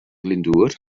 glyndŵr